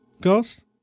ghost